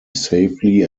safely